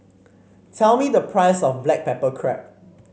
tell me the price of Black Pepper Crab